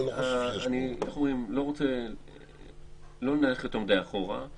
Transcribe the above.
לא נלך יותר מדי אחורה.